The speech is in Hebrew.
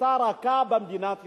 נחיתה רכה במדינת ישראל.